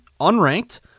unranked